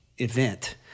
event